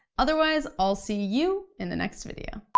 otherwise, i'll see you in the next video.